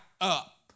up